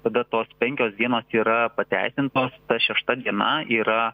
tada tos penkios dienos yra pateisintos ta šešta diena yra